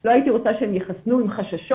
לא הייתי רוצה שהם יחסנו עם חששות,